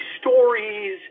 stories